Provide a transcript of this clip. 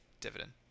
dividend